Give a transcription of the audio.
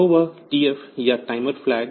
तो वह TF या टाइमर फ्लैग